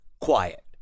quiet